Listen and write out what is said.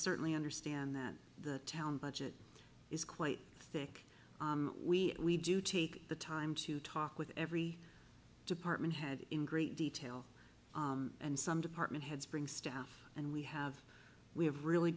certainly understand that the town budget is quite thick we do take the time to talk with every department head in great detail and some department heads bring staff and we have we have really